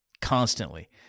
constantly